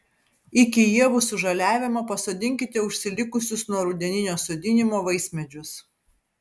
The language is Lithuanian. iki ievų sužaliavimo pasodinkite užsilikusius nuo rudeninio sodinimo vaismedžius